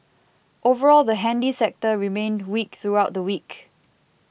overall the handy sector remained weak throughout the week